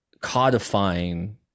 codifying –